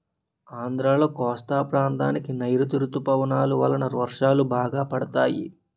ఆంధ్రాలో కోస్తా ప్రాంతానికి నైరుతీ ఋతుపవనాలు వలన వర్షాలు బాగా పడతాయి